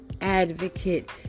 advocate